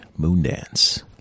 Moondance